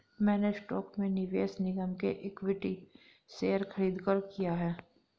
मैंने स्टॉक में निवेश निगम के इक्विटी शेयर खरीदकर किया है